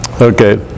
Okay